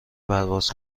پرواز